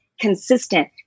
consistent